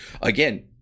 Again